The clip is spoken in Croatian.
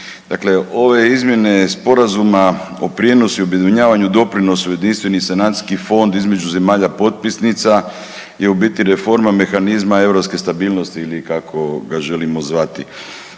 ove izmjene Sporazuma o prijenosu i objedinjavanju doprinosa u jedinstveni sanacijski fond između zemlja potpisnica je u biti reforma mehanizma europske stabilnosti ili kako ga želimo zvati.